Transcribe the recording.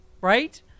right